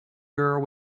girl